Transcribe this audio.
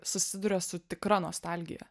susiduria su tikra nostalgija